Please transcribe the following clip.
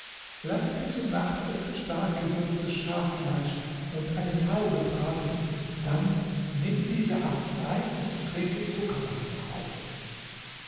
lasse dir zum nachtessen stark gewürztes schaffleisch und eine taube braten dann nimm diese arznei und trinke zuckerwasser darauf